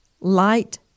light